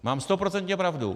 Mám stoprocentně pravdu.